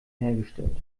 hergestellt